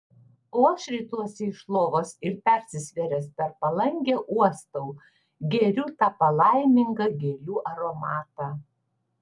o aš rituosi iš lovos ir persisvėręs per palangę uostau geriu tą palaimingą gėlių aromatą